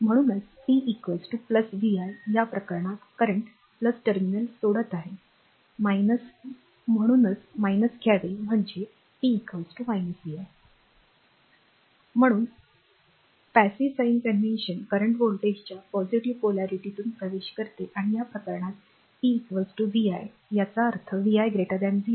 म्हणूनच p vi या प्रकरणात current टर्मिनल सोडत आहे म्हणूनच घ्यावे म्हणूनच p vi म्हणून तर passive sign convention निष्क्रीय चिन्हाद्वारे करंट व्होल्टेजच्या positive polarityसकारात्मक ध्रुव्यातून प्रवेश करते आणि या प्रकरणात p vi याचा अर्थ vi 0